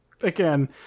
Again